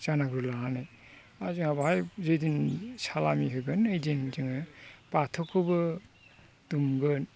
जानागुरु लानानै दा जोंहा बाहाय जैदिन सालामि होगोन ओयदिन जोङो बाथौखौबो दुमगोन